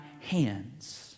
hands